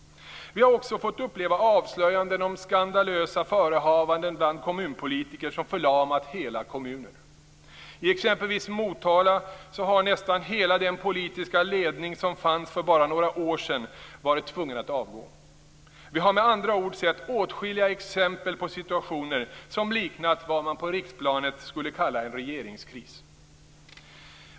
Vi har också fått uppleva avslöjanden om skandalösa förehavanden bland kommunpolitiker som förlamat hela kommuner. I exempelvis Motala har nästan hela den politiska ledning som fanns för bara några år sedan varit tvungen att avgå. Vi har med andra ord sett åtskilliga exempel på situationer som liknat vad man på riksplanet skulle kalla en regeringskris.